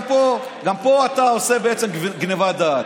גם פה אתה עושה גנבת דעת,